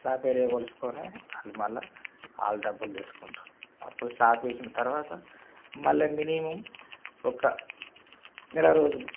slab area కొలుచుకుని వాళ్ళు మళ్ళా వాళ్ళు డబ్బులు తీసుకుంటారు అప్పుడు స్లాబ్ వేసిన తర్వాత మళ్ళా మినిమమ్ ఒక నెల రోజులు